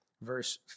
Verse